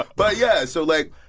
but yeah, so, like,